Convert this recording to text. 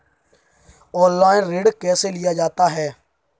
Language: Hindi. ऑनलाइन ऋण कैसे लिया जाता है?